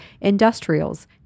Industrials